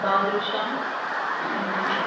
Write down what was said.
badusha